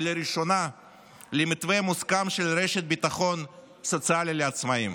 לראשונה למתווה מוסכם של רשת ביטחון סוציאלית לעצמאים,